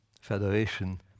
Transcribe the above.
federation